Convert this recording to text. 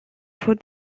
for